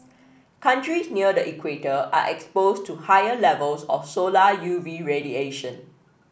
countries near the equator are exposed to higher levels of solar U V radiation